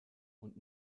und